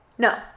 No